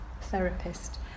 therapist